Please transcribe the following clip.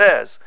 says